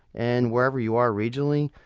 and wherever you are regionally,